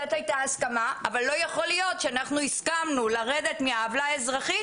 זאת הייתה ההסכמה אבל לא יכול להיות שאנחנו הסכמנו לרדת מהעוולה האזרחית